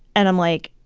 and i'm like,